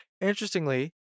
Interestingly